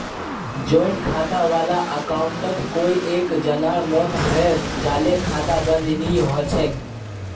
joint खाता वाला अकाउंटत कोई एक जनार मौत हैं जाले खाता बंद नी हछेक